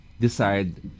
decide